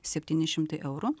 septyni šimtai eurų